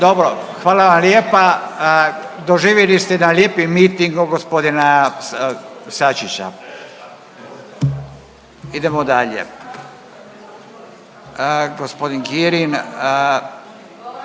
Dobro, hvala vam lijepa. Doživjeli ste jedan lijepi miting od g. Sačića. Idemo dalje,